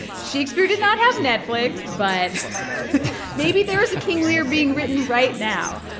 shakespeare did not have netflix, but maybe there is a king lear being written right now.